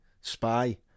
spy